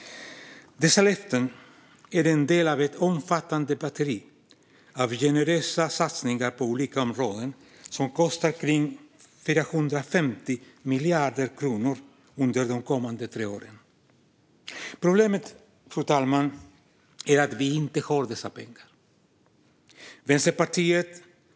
Dessa löften är en del av ett omfattande batteri av generösa satsningar på olika områden som kostar omkring 450 miljarder kronor under de kommande tre åren. Problemet är att vi inte har dessa pengar, fru talman.